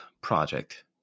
project